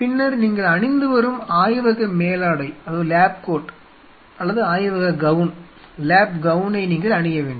பின்னர் நீங்கள் அணிந்துவரும் ஆய்வக மேலாடை அல்லது ஆய்வக கவுனை நீங்கள் அணிய வேண்டும்